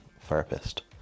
therapist